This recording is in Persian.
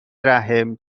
رحم